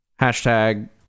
Hashtag